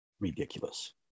ridiculous